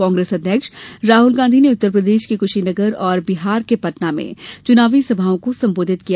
कांग्रेस अध्यक्ष राहुल गांधी ने उत्तर प्रदेश के कुशीनगर और बिहार के पटना में चुनावी सभाओं को संबोधित किया